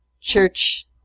church